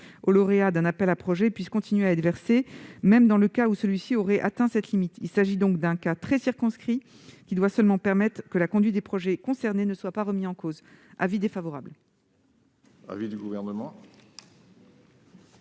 au lauréat d'un appel à projets puissent continuer à être versés, même dans le cas où celui-ci aurait atteint cette limite. Il s'agit d'un cas très circonscrit, qui doit seulement permettre que la conduite des projets concernés ne soit pas remise en cause. L'avis de la commission est